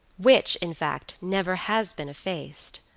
which, in fact, never has been effaced,